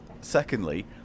Secondly